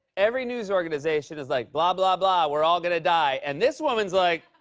every news organization is like, blah, blah, blah. we're all gonna die. and this woman's like,